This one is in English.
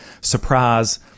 surprise